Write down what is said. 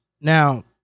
Now